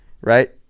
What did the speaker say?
right